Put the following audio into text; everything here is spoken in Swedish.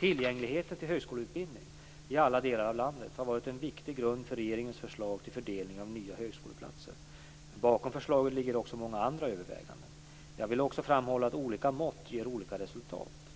Tillgängligheten till högskoleutbildning i alla delar av landet har varit en viktig grund för regeringens förslag till fördelning av de nya högskoleplatserna, men bakom förslaget ligger också många andra överväganden. Jag vill också framhålla att olika mått ger olika resultat.